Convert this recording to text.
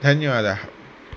धन्यवादः